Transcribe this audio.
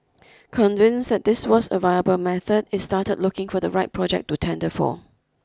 convinced that this was a viable method it started looking for the right project to tender for